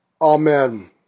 Amen